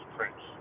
Prince